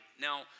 Now